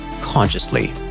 consciously